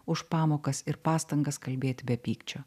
už pamokas ir pastangas kalbėti be pykčio